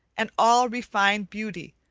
and all refined beauty,